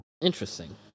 Interesting